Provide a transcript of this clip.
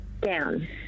Down